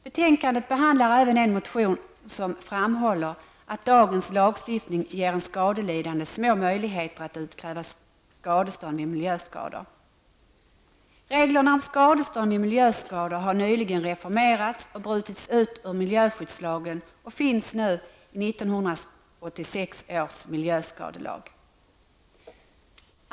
Betänkandet behandlar även en motion som framhåller att dagens lagstiftning ger en skadelidande små möjligheter att utkräva skadestånd vid miljöskador. Reglerna om skadestånd vid miljöskador har nyligen reformerats och brutits ut ur miljöskyddslagen och finns nu i 1986 års miljöskadelag.